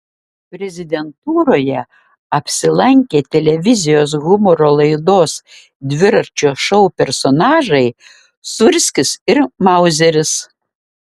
prezidentūroje apsilankė televizijos humoro laidos dviračio šou personažai sūrskis ir mauzeris